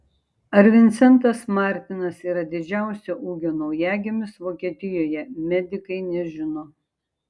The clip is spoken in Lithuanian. ar vincentas martinas yra didžiausio ūgio naujagimis vokietijoje medikai nežino